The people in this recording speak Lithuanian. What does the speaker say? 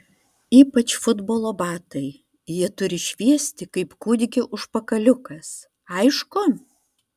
ypač futbolo batai jie turi šviesti kaip kūdikio užpakaliukas aišku